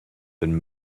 been